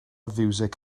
fiwsig